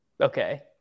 Okay